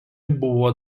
buvo